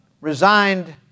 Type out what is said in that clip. resigned